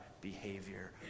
behavior